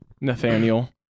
Nathaniel